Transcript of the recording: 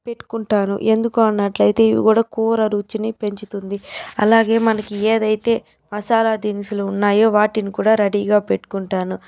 పెట్టుకుంటాను ఎందుకన్నట్లయితే ఇవి కూడా కూర రుచిని పెంచుతుంది అలాగే మనకి ఏదైతే మసాలా దినుసులు ఉన్నాయో వాటిని కూడా రెడీగా పెట్టుకుంటాను